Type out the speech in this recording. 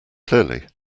clearly